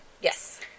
Yes